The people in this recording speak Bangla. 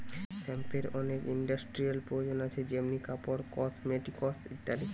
হেম্পের অনেক ইন্ডাস্ট্রিয়াল প্রয়োজন আছে যেমনি কাপড়, কসমেটিকস ইত্যাদি